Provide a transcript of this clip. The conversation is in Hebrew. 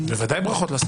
בוודאי ברכות לשר.